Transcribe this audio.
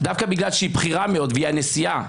דווקא בגלל שהיא בכירה מאוד והיא הנשיאה,